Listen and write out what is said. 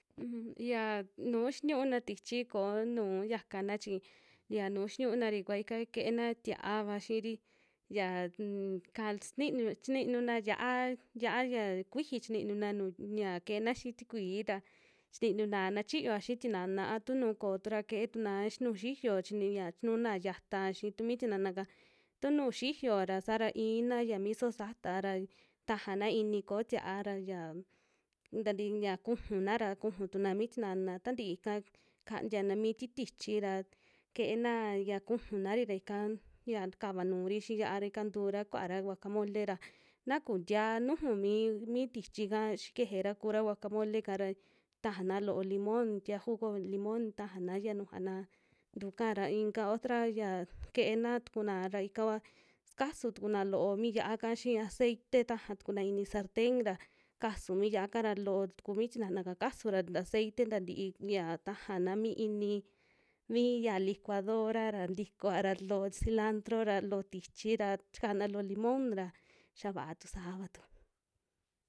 Un yia nuu xiniuna tichi koo nu yakana chi yia nu xiniunari kua ika ke'ena tia'ava xiiri, ya un ka- sininu chininuna yia'a, yia'a ya kuiji chinuna nuu ya kena xii tikui ra chininuna na xiyoa xii tinana a tunu kootu ra keetuna xi nuju xiyo chini, chinuna yata xii tumi tinanaka, tunu xiyoa ra saara iinaya mi sojo sataa ra tajana ini kóo tia'a ra ya tantii ya kujuna ra, kuju tuna mii tinana tantii'ka kantiana mii ti tichi ra ke'ena ya kujunari ra ika, ya kava nuuri xii yia'a ra, ika tura kuara guacamole ra na kun tiaa nuju mi, mi tichika xikejera kora guacamole'ka ra tajana loo limon, tia jugo limon tajana ya nujua na tukaa ra inka otra ya ke'ena tukuna ra ika kua sukasu tukuna loo mi yia'aka xii aceite taja tukuna ini sarten ra ksasuu mi yia'aka ra loo tuku mi tinanaka kasu ra ta ceite nta tii ya tajana mi ini miya licuadora ra ntikova ra loo cilandro ra, loo tichi ra chikan loo limon ra xa va'a tu saava tu.